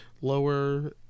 lower